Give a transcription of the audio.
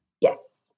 Yes